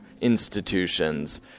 institutions